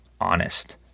honest